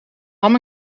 ham